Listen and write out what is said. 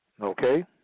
Okay